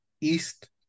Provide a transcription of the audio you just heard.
east